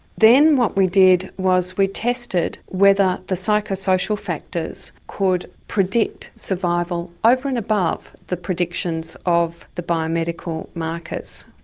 then what we did was we tested whether the psycho-social factors could predict survival over and above the predictions of the biomedical markers.